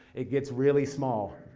it gets really small,